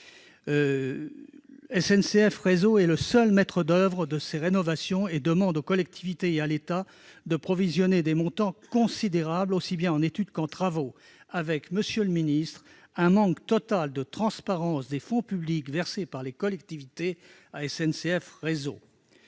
SNCF Réseau, seul maître d'oeuvre de ces rénovations, demande aux collectivités et à l'État de provisionner des montants considérables, aussi bien pour les études que pour les travaux, avec, monsieur le secrétaire d'État, un manque total de transparence sur les fonds publics versés par les collectivités à SNCF Réseau.